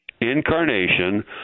incarnation